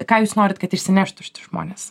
ką jūs norit kad išsineštų šiti žmones